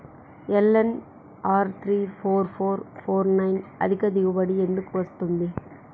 LNR three four four four nine అధిక దిగుబడి ఎందుకు వస్తుంది?